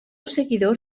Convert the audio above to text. seguidor